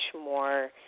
more